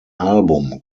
album